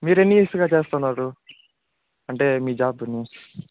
మీరెన్ని ఇయర్స్గా చేస్తన్నారు అంటే మీ జాబ్ని